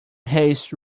haste